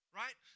right